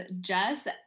Jess